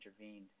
intervened